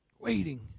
Waiting